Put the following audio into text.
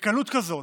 בקלות כזאת,